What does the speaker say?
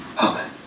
Amen